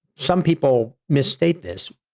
some people mistake this,